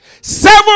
Seven